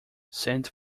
saint